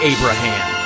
Abraham